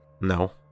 No